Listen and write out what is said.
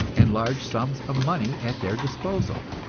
and large sums of money at their disposal.